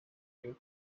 you